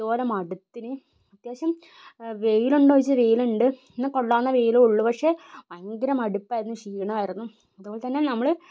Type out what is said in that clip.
അതുപോലെ മടുത്തു അത്യാവശ്യം വെയിൽ ഉണ്ടോ എന്ന് ചോദിച്ചാൽ വെയിലുണ്ട് എന്നെ കൊള്ളാവുന്ന വെയില് ഉള്ള പക്ഷേ ഭയങ്കര മടുപ്പ് ആയിരുന്നു ക്ഷീണമായിരുന്നു അതുപോലെ തന്നെ നമ്മൾ